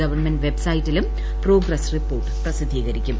government വെബ്സൈറ്റിലും progress report പ്രസിദ്ധീകരിക്കും